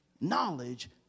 knowledge